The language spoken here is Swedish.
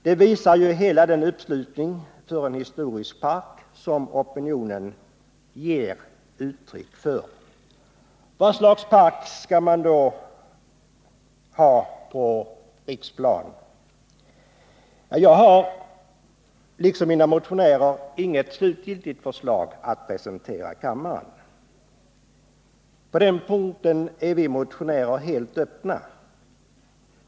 Det visar hela den uppslutning för en historisk park som opinionen ger uttryck för. Vad för slags park skall man då ha på Riksplan? Jag har liksom mina medmotionärer inget slutgiltigt förslag att presentera kammaren. På den punkten är vi motionärer helt öppna.